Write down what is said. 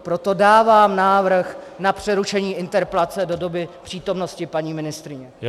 Proto dávám návrh na přerušení interpelace do doby přítomnosti paní ministryně.